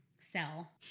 sell